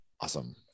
awesome